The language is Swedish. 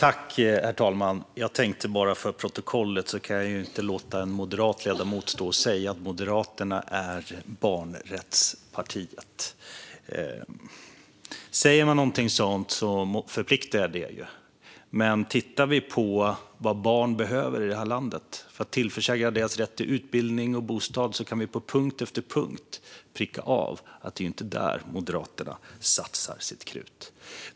Herr talman! Med tanke på protokollet kan jag inte låta en moderat ledamot stå och säga att Moderaterna är barnrättspartiet. Säger man någonting sådant förpliktar det. Men tittar vi på vad barn i detta land behöver för att de ska tillförsäkras sin rätt till utbildning och bostad kan vi på punkt efter punkt pricka av att det inte är där som Moderaterna satsar sitt krut.